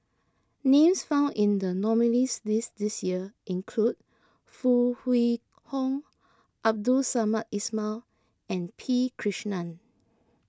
names found in the nominees' list this year include Foo Kwee Horng Abdul Samad Ismail and P Krishnan